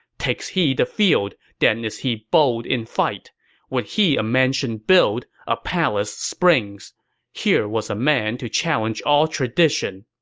takes he the field, then is he bold in fight would he a mansion build, a palace springs here was a man to challenge all tradition!